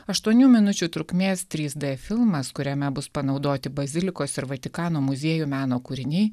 aštuonių minučių trukmės trys d filmas kuriame bus panaudoti bazilikos ir vatikano muziejų meno kūriniai